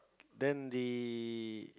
then the